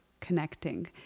connecting